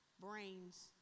brains